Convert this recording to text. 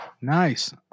Nice